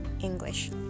english